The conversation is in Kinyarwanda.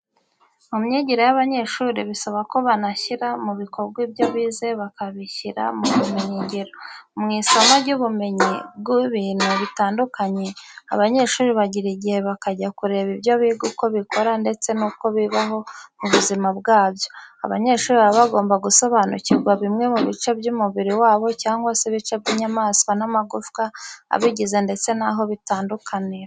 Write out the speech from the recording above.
Mu myigire y'abanyeshuri bisaba ko banashyira mu bikorwa ibyo bize bakabishyira mu bumenyingiro. Mu isomo ry'ubumenyi bw'ibintu bitandukanye, abanyeshuri bagira igihe bakajya kureba ibyo biga uko bikora ndetse n'uko bibaho mu buzima bwabyo. Abanyeshuri baba bagomba gusonanukirwa bimwe mu bice by'umubiri wabo cyangwa se ibice by'inyamaswa amagufa abigize ndetse naho bitandukanira.